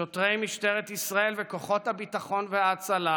שוטרי משטרת ישראל וכוחות הביטחון וההצלה,